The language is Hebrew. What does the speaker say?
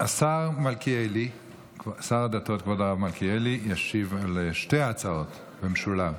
שר הדתות כבוד הרב מלכיאלי ישיב על שתי ההצעות במשולב.